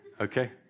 Okay